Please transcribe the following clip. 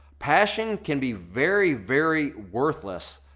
passion can be very, very worthless.